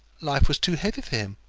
life was too heavy for him,